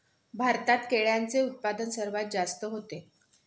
भारतात केळ्यांचे उत्पादन सर्वात जास्त होते